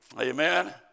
Amen